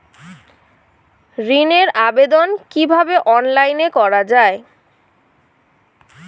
ঋনের আবেদন কিভাবে অনলাইনে করা যায়?